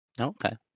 Okay